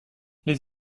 les